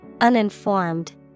Uninformed